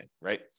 right